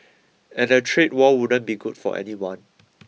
and a trade war wouldn't be good for anyone